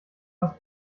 fast